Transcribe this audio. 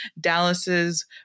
Dallas's